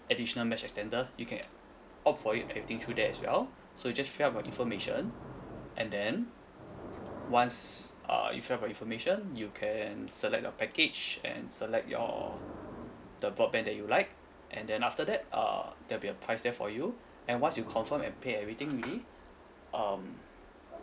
additional mesh extender you can opt for it everything through there as well so just fill your information and then once uh you fill your information you can select your package and select your the broadband that you like and then after that uh there'll be a price there for you and once you confirm and pay everything already um